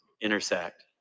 intersect